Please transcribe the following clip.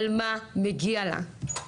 על מה מגיע לה.